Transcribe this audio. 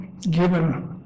given